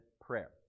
prayer